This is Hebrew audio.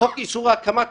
חוק איסור הקמת